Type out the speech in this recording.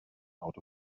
out